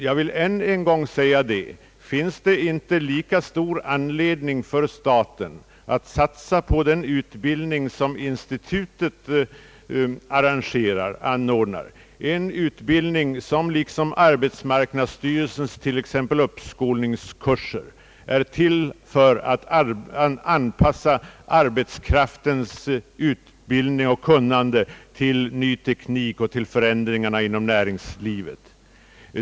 Jag vill än en gång säga att det finns lika stor anledning för staten att satsa på denna utbildning som att satsa på t.ex. arbetsmarknadsstyrelsens uppskolningskurser; hantverksinstitutets kurser är nämligen också till för att anpassa arbetskraftens utbildning och kunnande till ny teknik och till förändringarna inom näringslivet.